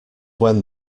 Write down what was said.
when